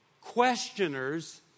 questioners